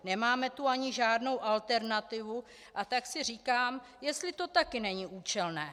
Nemáme tu ani žádnou alternativu, a tak si říkám, jestli to také není účelné.